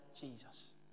Jesus